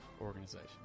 organization